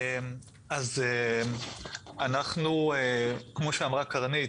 אז, כמו שאמרה קרנית,